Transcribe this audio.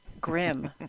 Grim